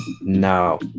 No